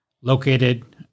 located